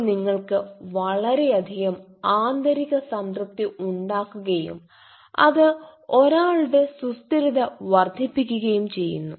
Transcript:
അത് നിങ്ങൾക്ക് വളരെയധികം ആന്തരിക സംതൃപ്തി ഉണ്ടാക്കുകയും അത് ഒരാളുടെ സുസ്ഥിരത വർദ്ധിപ്പിക്കുകായും ചെയ്യുന്നു